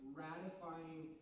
ratifying